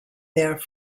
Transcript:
there